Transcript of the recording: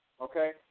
okay